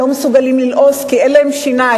הם לא מסוגלים ללעוס כי אין להם שיניים,